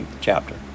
chapter